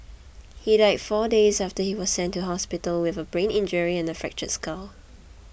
he died four days after he was sent to hospital with a brain injury and the fractured skull